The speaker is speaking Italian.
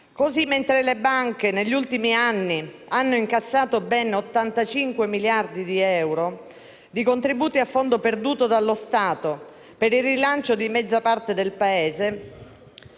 Così, mentre le banche negli ultimi anni hanno incassato ben 85 miliardi di contributi a fondo perduto dallo Stato, per il rilancio di mezza parte del Paese